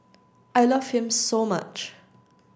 I love him so much